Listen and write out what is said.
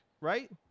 right